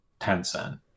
Tencent